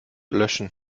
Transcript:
löschen